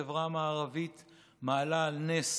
החברה המערבית מעלה על נס